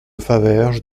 faverges